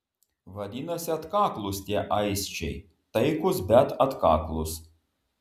vadinasi atkaklūs tie aisčiai taikūs bet atkaklūs